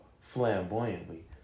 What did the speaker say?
flamboyantly